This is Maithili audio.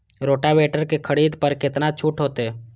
रोटावेटर के खरीद पर केतना छूट होते?